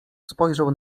spojrzał